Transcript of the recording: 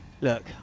Look